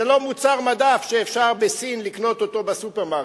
זה לא מוצר מדף שאפשר לקנות אותו בסין בסופרמרקט.